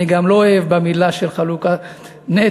אני גם לא אוהב את המילה שוויון בנטל,